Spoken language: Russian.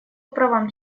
правам